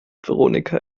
veronika